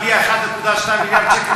בלי ה-1.2 מיליארד שקל,